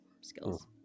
skills